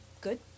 good